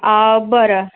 आं बरं